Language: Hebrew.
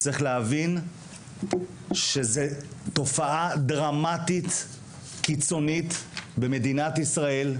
צריך להבין שזוהי תופעה דרמטית וקיצונית במדינת ישראל,